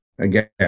again